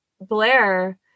Blair